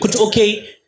Okay